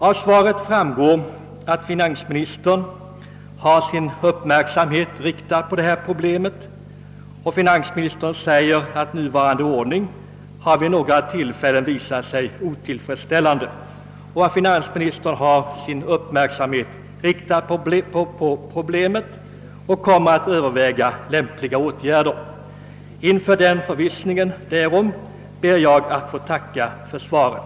Av det svar jag fått framgår att finansministern har sin uppmärksamhet riktad på problemet, och finansministern säger: »Nuvarande ordning har vid några tillfällen visat sig otillfredsställande. Jag har min uppmärksamhet riktad på problemet och kommer. att överväga lämpliga åtgärder.» I förvissning om att så kommer att ske ber jag än en gång att få tacka för svaret.